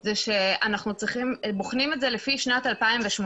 זה שבוחנים את זה לפי שנת 2018,